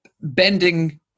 bending